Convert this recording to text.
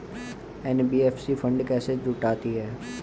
NBFC fund कैसे जुटाती है?